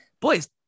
boys